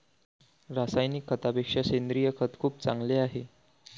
रासायनिक खतापेक्षा सेंद्रिय खत खूप चांगले आहे